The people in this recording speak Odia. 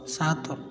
ସାତ